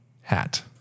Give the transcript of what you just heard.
hat